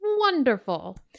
Wonderful